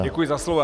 Děkuji za slovo.